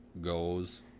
goes